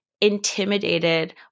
intimidated